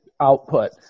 Output